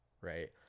right